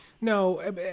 No